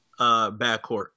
backcourt